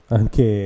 anche